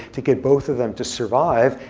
to get both of them to survive.